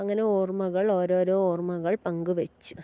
അങ്ങനെ ഓർമ്മകൾ ഓരോരോ ഓർമ്മകൾ പങ്ക് വച്ചു